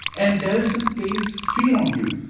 and terrorism plays fear on you,